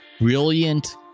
brilliant